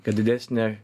kad didesnė